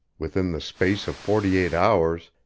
within the space of forty-eight hours,